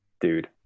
dude